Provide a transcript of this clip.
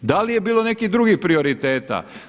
Da li je bilo nekih drugih prioriteta?